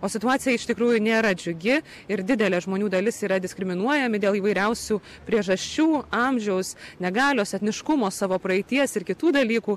o situacija iš tikrųjų nėra džiugi ir didelė žmonių dalis yra diskriminuojami dėl įvairiausių priežasčių amžiaus negalios etniškumo savo praeities ir kitų dalykų